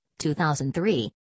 2003